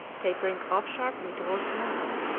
tapering off sharply toward the muzzle,